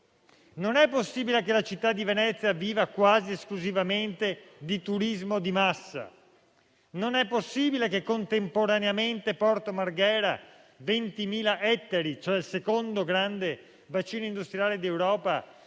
Non è possibile che la città di Venezia viva quasi esclusivamente di turismo di massa e non è possibile che, contemporaneamente, Porto Marghera, 20.000 ettari, cioè il secondo grande bacino industriale d'Europa,